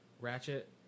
ratchet